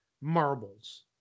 marbles